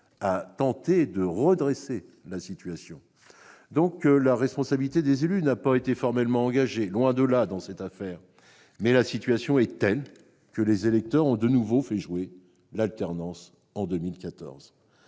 à tenter de redresser la situation ? La responsabilité des élus n'a pas été formellement engagée, loin de là, dans cette affaire, mais la situation est telle que les électeurs ont, de nouveau, fait jouer l'alternance en 2014.